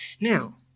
Now